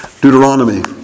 Deuteronomy